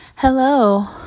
hello